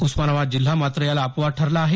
उस्मानाबाद जिल्हा मात्र याला अपवाद ठरला आहे